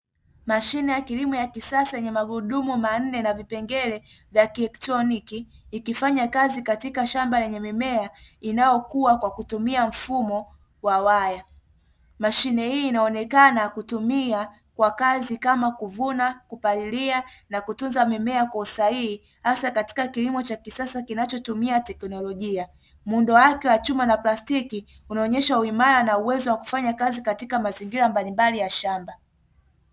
Mashine ya kilimo ya kisasa yenye magurudumu manne na vipengele vya kielektroniki ikifanya kazi katika shamba lenye mimea inayokua kwa kutumia mfumo wa waya. Mashine hii inaonekana kutumia kwa kazi kama kuvuna, kupalilia na kutunza mimea kwa usahihi, hasa katika kilimo cha kisasa kinachotumia teknolojia. Muundo wake wa chuma na plastiki unaonesha uimara na uwezo wa kufanya kazi katika mazingira mbalimbali ya shamba.